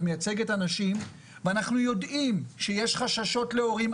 את מייצגת אנשים ואנחנו יודעים שיש חששות להורים.